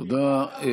תודה.